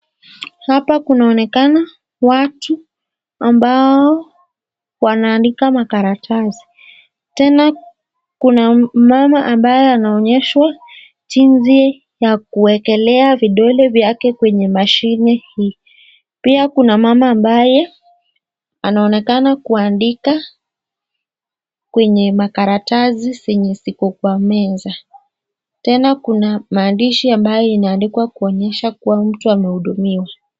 Hapa kunaonekana watu ambao wanaandika makaratasi. Tena kuna mama ambaye anaonyeshwa jinsi ya kuekelea vidole vyake kwenye mashini hii. Pia kuna mama ambaye anaonekana kuandika kwenye makaratasi zenye ziko kwa meza. Tena kuna maandishi ambayo inaandikwa kuonyesha kwamba kuna mtu anayehudumiwa.